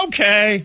Okay